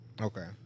Okay